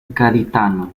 gaditano